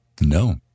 No